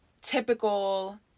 typical